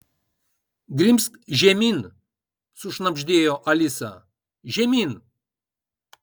grimzk žemyn sušnabždėjo alisa žemyn